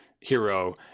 hero